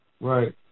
Right